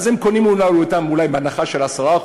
אז הם קונים אותם אולי בהנחה של 10%,